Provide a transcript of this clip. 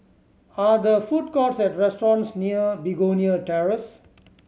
are there food courts and restaurants near Begonia Terrace